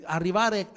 Arrivare